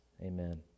Amen